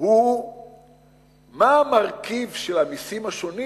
הוא מה המרכיב של המסים השונים